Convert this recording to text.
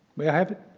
may i have